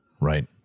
right